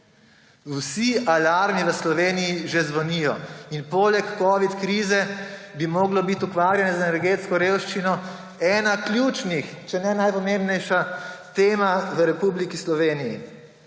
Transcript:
Vsi alarmi v Sloveniji že zvonijo. In poleg covid krize bi moralo biti ukvarjanje z energetsko revščino ena ključnih, če ne najpomembnejša tema v Republiki Sloveniji.